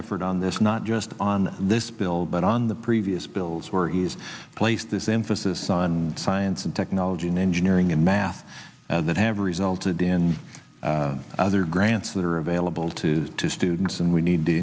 effort on this not just on this bill but on the previous bills where he's placed this emphasis on science and technology engineering and math that have resulted in other grants that are available to students and we need to